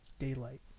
Daylight